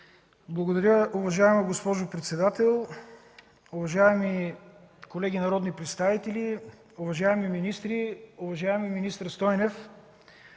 Благодаря, уважаема госпожо председател. Уважаеми колеги народни представители, уважаеми министри, уважаеми министър Стойнев!